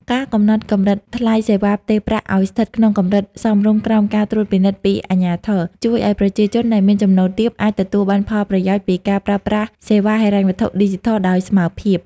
ការកំណត់កម្រិតថ្លៃសេវាផ្ទេរប្រាក់ឱ្យស្ថិតក្នុងកម្រិតសមរម្យក្រោមការត្រួតពិនិត្យពីអាជ្ញាធរ ជួយឱ្យប្រជាជនដែលមានចំណូលទាបអាចទទួលបានផលប្រយោជន៍ពីការប្រើប្រាស់សេវាហិរញ្ញវត្ថុឌីជីថលដោយស្មើភាព។